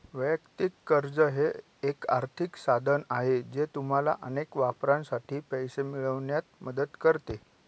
वैयक्तिक कर्ज हे एक आर्थिक साधन आहे जे तुम्हाला अनेक वापरांसाठी पैसे मिळवण्यात मदत करते